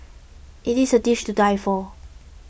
it is a dish to die for